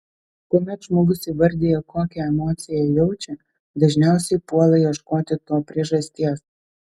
kuomet žmogus įvardija kokią emociją jaučia dažniausiai puola ieškoti to priežasties